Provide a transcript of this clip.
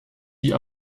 wie